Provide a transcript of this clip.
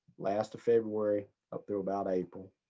last of february, up through about april.